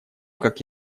как